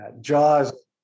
jaws